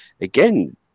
again